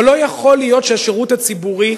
אבל לא יכול להיות שהשירות הציבורי,